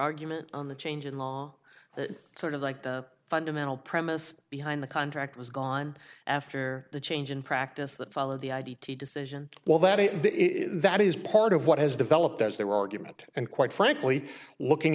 argument on the change in law sort of like the fundamental premise behind the contract was gone after the change in practice that followed the id decision well that that is part of what has developed as they were argument and quite frankly looking